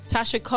Tasha